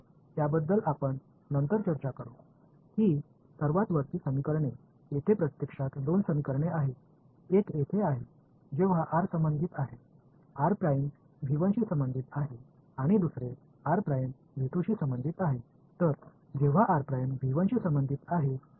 எனவே அதைப் பற்றிப் பேசுவோம் இந்த மேல் சமன்பாடுகள் உண்மையில் 2 சமன்பாடுகள் இங்கே முடிந்துவிட்டன ஒன்று r என்பது r க்கு சொந்தமானது r க்கு சொந்தமானது இரண்டாவது r சொந்தமானது